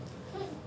hmm